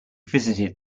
visited